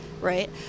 right